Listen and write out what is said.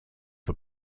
for